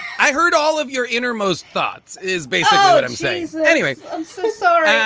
i heard all of your innermost thoughts is basically what i'm saying and anyway. i'm so sorry.